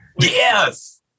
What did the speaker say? Yes